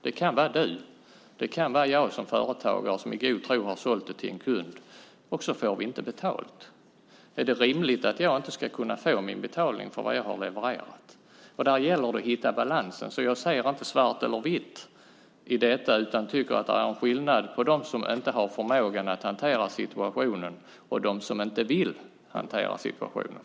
Det kan vara du och det kan vara jag som företagare som i god tro har sålt något till en kund, och så får vi inte betalt. Är det rimligt att jag inte ska kunna få min betalning för vad jag har levererat? Där gäller det att hitta balansen. Jag ser inte detta i svart eller vitt, utan jag tycker att det är en skillnad mellan dem som inte har förmågan att hantera situationen och dem som inte vill hantera situationen.